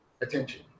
attention